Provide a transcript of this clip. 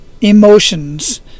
emotions